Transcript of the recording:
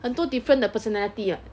很多 different 的 personality [what]